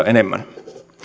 enemmän